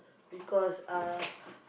because uh